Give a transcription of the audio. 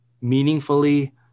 meaningfully